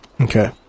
Okay